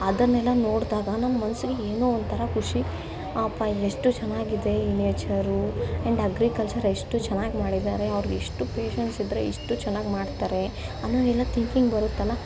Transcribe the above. ಅದನ್ನೆಲ್ಲ ನೋಡಿದಾಗ ನನ್ನ ಮನಸ್ಸಿಗೇನೋ ಒಂಥರ ಖುಷಿ ಅಬ್ಬಾ ಎಷ್ಟು ಚೆನ್ನಾಗಿದೆ ಈ ನೇಚರು ಆ್ಯಂಡ್ ಅಗ್ರಿಕಲ್ಚರ್ ಎಷ್ಟು ಚೆನ್ನಾಗಿ ಮಾಡಿದ್ದಾರೆ ಅವ್ರಿಗೆಷ್ಟು ಪೇಶನ್ಸ್ ಇದ್ದರೆ ಇಷ್ಟು ಚೆನ್ನಾಗಿ ಮಾಡ್ತಾರೆ ಅನ್ನೋದೆಲ್ಲ ತಿಂಕಿಂಗ್ ಬರುತ್ತಲ್ಲಾ